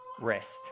rest